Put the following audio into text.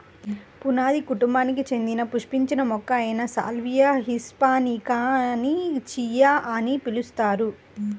పుదీనా కుటుంబానికి చెందిన పుష్పించే మొక్క అయిన సాల్వియా హిస్పానికాని చియా అని పిలుస్తారు